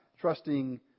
trusting